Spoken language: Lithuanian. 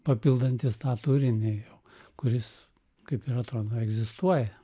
papildantis tą turinį jau kuris kaip ir atrodo egzistuoja